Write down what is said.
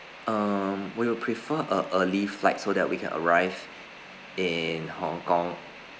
um we'll prefer a early flight so that we can arrive in hong kong